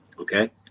Okay